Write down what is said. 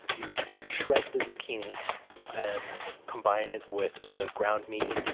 you shred the zucchini and combine it with the ground meat,